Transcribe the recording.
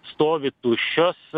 stovi tuščios